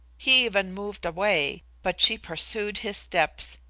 he even moved away, but she pursued his steps,